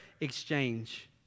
exchange